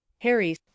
Harry